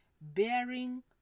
bearing